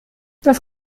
das